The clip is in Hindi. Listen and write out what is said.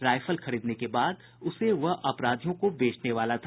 राइफल खरीदने के बाद उसे वह अपराधियों को बेचने वाला था